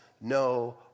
no